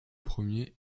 premier